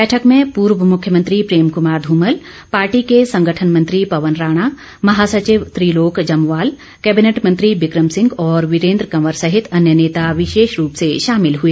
बैठक में पूर्व मुख्यमंत्री प्रेम कुमार ध्मल पार्टी के संगठन मंत्री पवन राणा महासचिव त्रिलोक जमवाल कैबिनेट मंत्री बिंक्रम सिंह और वीरेंद्र कंवर सहित अन्य नेता विशेष रूप से शामिल हुए